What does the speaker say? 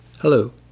Hello